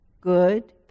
Good